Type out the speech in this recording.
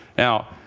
now,